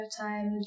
Time